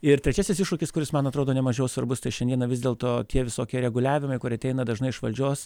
ir trečiasis iššūkis kuris man atrodo nemažiau svarbus tai šiandieną vis dėlto tie visokie reguliavimai kurie ateina dažnai iš valdžios